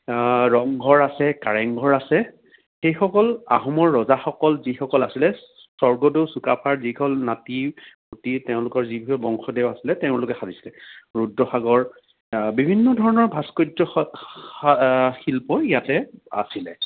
ৰংঘৰ আছে কাৰেংঘৰ আছে সেইসকল আহোমৰ ৰজাসকল যিসকল আছে স্বৰ্গদেউ চুকাফাৰ যিসকল নাতি পুতি তেওঁলোকৰ যিসকল বংশধৰ আছিল তেওঁলোকে ভাবিছিলে ৰুদ্ৰসাগৰ বিভিন্ন ধৰণৰ ভাস্কৰ্য্যশিল্প ইয়াতে আছিল